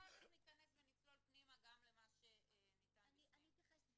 אחר כך ניכנס ונצלול פנימה גם למה שניתן בפנים.